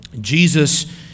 Jesus